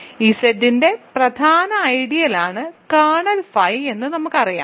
ഇസഡിന്റെ പ്രധാന ഐഡിയലാണ് കേർണൽ φ എന്ന് നമുക്കറിയാം